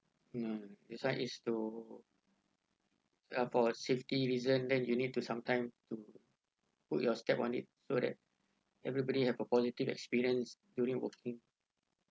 no no this one is to uh for safety reason then you need to some time to put your step on it so that everybody have a positive experience during working